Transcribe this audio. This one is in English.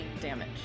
damage